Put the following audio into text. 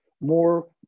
more